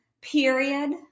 period